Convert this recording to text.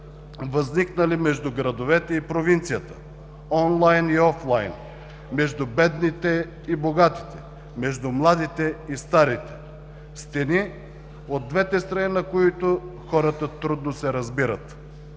възникнали между градовете и провинцията, онлайн и офлайн, между бедните и богатите, между младите и старите – „стени, от двете страни на които хората трудно се разбират“.